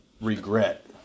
regret